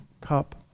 cup